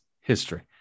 history